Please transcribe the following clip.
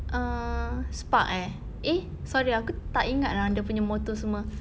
err spark eh eh sorry aku tak ingat ah dia punya motor semua